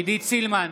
עידית סילמן,